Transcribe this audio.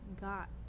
got